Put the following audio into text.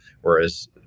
whereas